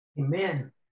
Amen